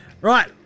Right